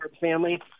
family